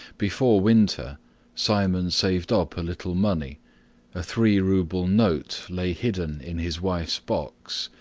before winter simon saved up a little money a three-rouble note lay hidden in his wife's box,